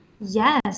Yes